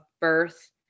birth